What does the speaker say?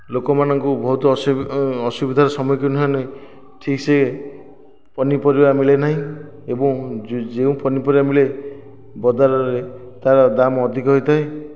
ଲୋକମାନଙ୍କୁ ବହୁତ ଅସୁବିଧା ସମ୍ମୁଖୀନ ହେଲେ ଠିକସେ ପନିପରିବା ମିଳେନାହିଁ ଏବଂ ଯେଉଁ ପନିପରିବା ମିଳେ ବଦଳରେ ତାର ଦାମ ଅଧିକ ହୋଇଥାଏ